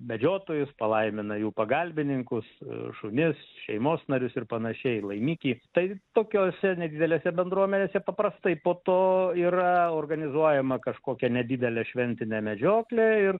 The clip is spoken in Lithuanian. medžiotojus palaimina jų pagalbininkus šunis šeimos narius ir panašiai laimikį tai tokiose nedidelėse bendruomenėse paprastai po to yra organizuojama kažkokia nedidelė šventinė medžioklė ir